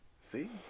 See